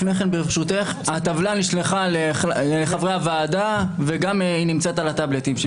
הטבלה נשלחה לחברי הוועדה וגם נמצאת על הטבלטים.